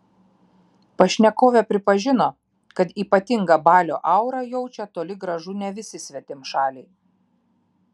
pašnekovė pripažino kad ypatingą balio aurą jaučią toli gražu ne visi svetimšaliai